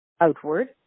outward